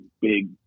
big